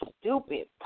stupid